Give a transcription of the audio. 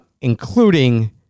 including